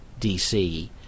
DC